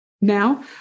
Now